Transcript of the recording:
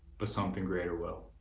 but something greater will